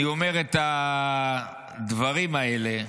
אני אומר את הדברים האלה,